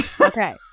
Okay